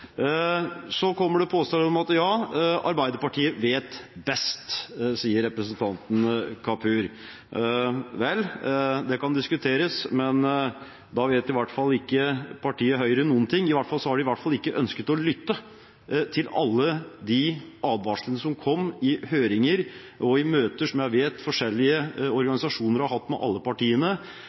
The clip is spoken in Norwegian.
Så kommer det påstander om at Arbeiderpartiet vet best. Det sier representanten Kapur. Vel, det kan diskuteres, men da vet i hvert fall ikke partiet Høyre noen ting. De har i hvert fall ikke ønsket å lytte til alle de advarslene – som kom i høringer og i møter som jeg vet forskjellige organisasjoner har hatt med alle partiene